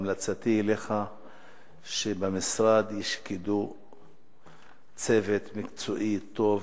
המלצתי לך שבמשרד ישקוד צוות מקצועי טוב,